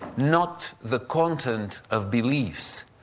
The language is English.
not the content of beliefs.